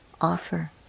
offer